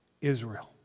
Israel